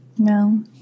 No